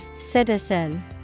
Citizen